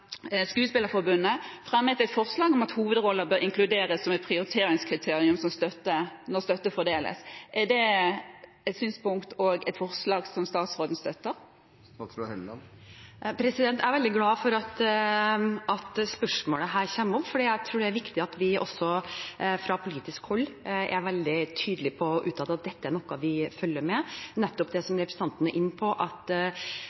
fremmet forslag om at hovedroller bør inkluderes som et prioriteringskriterium når støtte fordeles. Er det et synspunkt og et forslag som statsråden støtter? Jeg er veldig glad for at dette spørsmålet kommer opp, for jeg tror det er viktig at vi også fra politisk hold er veldig tydelig på å uttale at nettopp det som representanten er inne på, er noe vi følger med på. De kunstneriske uttrykkene, det som